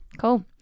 Cool